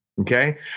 Okay